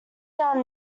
down